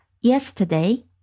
yesterday